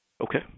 Okay